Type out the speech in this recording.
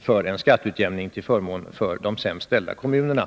för en skatteutjämning till förmån för de sämst ställda kommunerna.